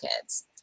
kids